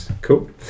Cool